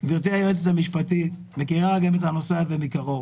גברתי היועצת המשפטית מכירה גם את הנושא הזה מקרוב,